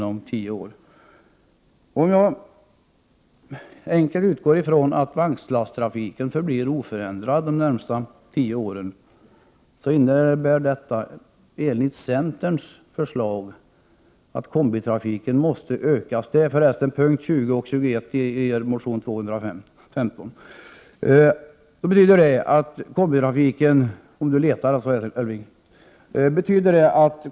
Om jag utgår från att vagnslasttrafiken förblir oförändrad de närmaste tio åren innebär detta enligt centerns förslag att combitrafiken måste öka till över 20 miljoner ton om tio år.